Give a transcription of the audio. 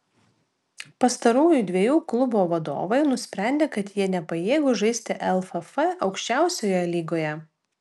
pastarųjų dviejų klubo vadovai nusprendė kad jie nepajėgūs žaisti lff aukščiausioje lygoje